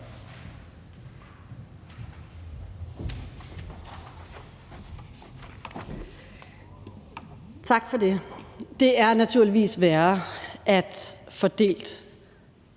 Tak for det. Det er naturligvis værre at få delt